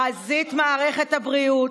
בחזית מערכת הבריאות,